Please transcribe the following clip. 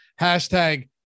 Hashtag